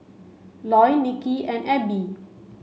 Loy Niki and Ebbie